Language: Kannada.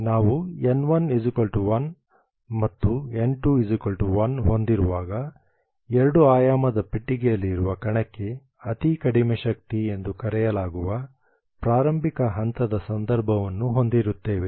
ನಾವು n1 1 ಮತ್ತು n2 1 ಹೊಂದಿರುವಾಗ ಎರಡು ಆಯಾಮದ ಪೆಟ್ಟಿಗೆಯಲ್ಲಿರುವ ಕಣಕ್ಕೆಅತೀ ಕಡಿಮೆ ಶಕ್ತಿ ಎಂದು ಕರೆಯಲಾಗುವ ಪ್ರಾರಂಭಿಕ ಹಂತದ ಸಂದರ್ಭವನ್ನು ಹೊಂದಿರುತ್ತೇವೆ